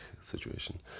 situation